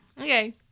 Okay